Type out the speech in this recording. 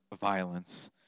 violence